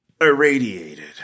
Irradiated